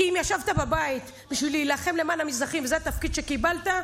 כי אם ישבת בבית בשביל להילחם למען המזרחים וזה התפקיד שקיבלת,